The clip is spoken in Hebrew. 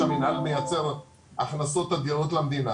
זה לא יכול להיות שהמינהל מייצר הכנסות אדירות למדינה,